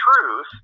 truth